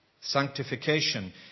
Sanctification